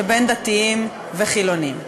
שבין דתיים לחילונים.